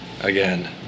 again